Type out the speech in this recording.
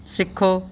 ਸਿੱਖੋ